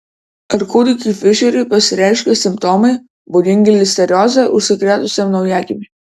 ar kūdikiui fišeriui pasireiškė simptomai būdingi listerioze užsikrėtusiam naujagimiui